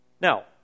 Now